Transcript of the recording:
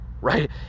right